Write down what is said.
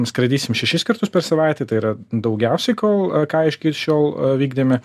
skraidysim šešis kartus per savaitę tai yra daugiausiai kol ką iki šiol vykdėme